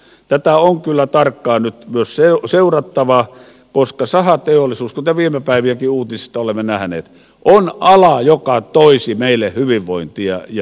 tätä on kyllä tarkkaan nyt myös seurattava koska sahateollisuus kuten viime päivienkin uutisista olemme nähneet on ala joka toisi meille hyvinvointia ja työtä